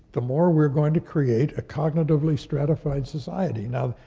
the more we're going to create a cognitively stratified society. now,